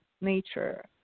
nature